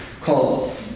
Called